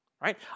Right